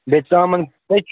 بیٚیہِ ژامن کٔے چھِ